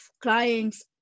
clients